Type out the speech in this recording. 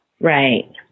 Right